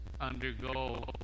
undergo